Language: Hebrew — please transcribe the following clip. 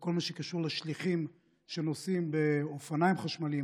בכל מה שקשור לשליחים שנוסעים באופניים חשמליים